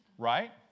right